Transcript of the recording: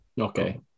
okay